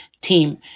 team